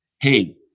hey